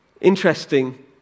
interesting